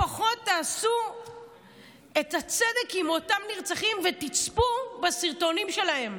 לפחות תעשו את הצדק עם אותם נרצחים ותצפו בסרטונים שלהם,